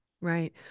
Right